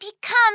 become